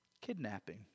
kidnapping